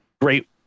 Great